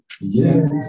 yes